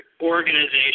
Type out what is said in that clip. organization